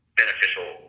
beneficial